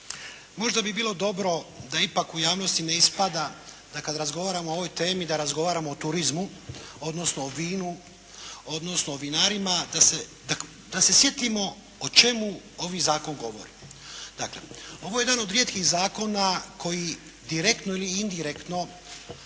Možda bi bilo dobro da ipak u javnosti ne ispada da kad razgovaramo o ovoj temi da razgovaramo o turizmu odnosno o vinu, odnosno o vinarima. Da se sjetimo o čemu ovi zakon govori. Dakle, ovo je jedan od rijetkih zakona koji direktno ili indirektno